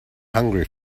hungry